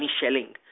shelling